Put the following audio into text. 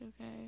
okay